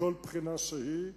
מכל בחינה שהיא,